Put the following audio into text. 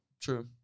True